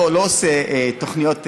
אני לא עושה תוכניות לימוד.